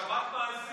השב"כ מאזין.